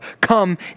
come